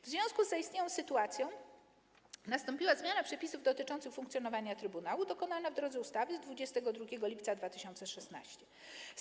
W związku z zaistniałą sytuacją nastąpiła zmiana przepisów dotyczących funkcjonowania trybunału dokonana w drodze ustawy z dnia 22 lipca 2016 r.